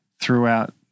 throughout